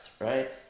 right